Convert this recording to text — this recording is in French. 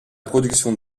production